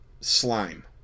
slime